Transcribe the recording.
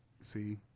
See